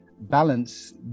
balance